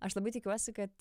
aš labai tikiuosi kad